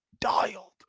dialed